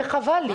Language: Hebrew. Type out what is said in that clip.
וחבל לי.